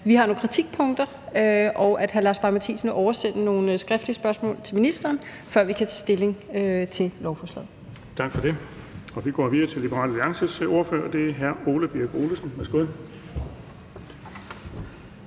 vi har nogle kritikpunkter, og at hr. Lars Boje Mathiesen vil oversende nogle skriftlige spørgsmål til ministeren, før vi kan tage stilling til lovforslaget. Kl. 12:30 Den fg. formand (Erling Bonnesen): Tak for det. Vi går videre til Liberal Alliances ordfører, og det er hr. Ole Birk Olesen.